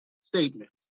statements